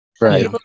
Right